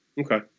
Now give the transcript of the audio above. Okay